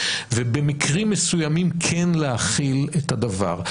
ובמקרים מסוימים כן להחיל את הדבר.